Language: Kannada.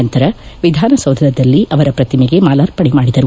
ನಂತರ ವಿಧಾನಸೌಧದಲ್ಲಿ ಅವರ ಪ್ರಟಿಮಗೆ ಮಾಲಾರ್ಪಣೆ ಮಾಡಿದರು